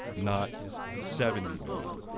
not seventy million